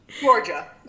Georgia